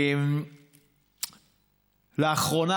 לאחרונה,